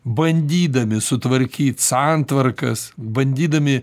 bandydami sutvarkyt santvarkas bandydami